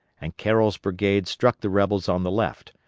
and carroll's brigade struck the rebels on the left,